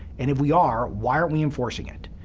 and if we are, why aren't we enforcing it?